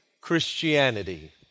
Christianity